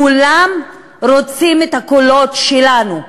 כולם רוצים את הקולות שלנו,